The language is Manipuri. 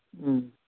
ꯎꯝ